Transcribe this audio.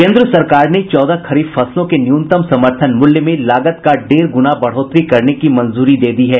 केन्द्र सरकार ने चौदह खरीफ फसलों के न्यूनतम समर्थन मूल्य में लागत का डेढ़ गुणा बढ़ोतरी करने की मंजूरी दे दी है